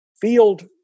field